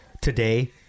today